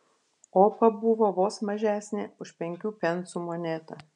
opa buvo vos mažesnė už penkių pensų monetą